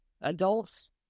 Adults